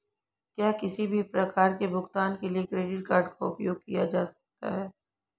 क्या किसी भी प्रकार के भुगतान के लिए क्रेडिट कार्ड का उपयोग किया जा सकता है?